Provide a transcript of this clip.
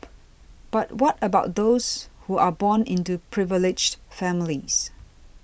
but what about those who are born into privileged families